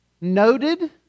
noted